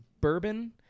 bourbon